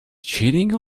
cheating